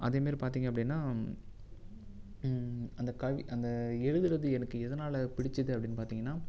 அதே மாதிரி பார்த்தீங்க அப்படின்னா அந்த கவி அந்த எழுதுகிறது எனக்கு எதனால் பிடிச்சிது அப்படின்னு பார்த்தீங்கன்னா